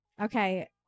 okay